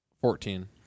Fourteen